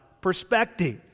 perspective